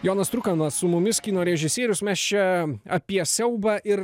jonas trukanas su mumis kino režisierius mes čia apie siaubą ir